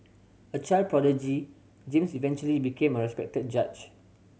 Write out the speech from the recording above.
a child prodigy James eventually became a respected judge